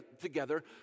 together